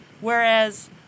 Whereas